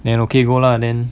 then okay go lah then